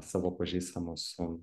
savo pažįstamus su